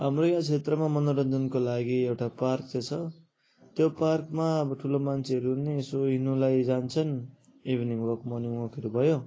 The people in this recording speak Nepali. हाम्रो यहाँ क्षेत्रमा मनोरञ्जनको लागि एउटा पार्क चाहिँ छ त्यो पार्कमा अब ठुलो मान्छेहरू पनि यसो हिँड्नुलाई जान्छन् इभिनिङ वाक मर्निङ वाकहरू भयो